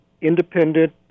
independent